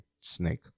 snake